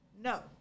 No